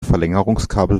verlängerungskabel